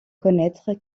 connaître